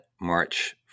March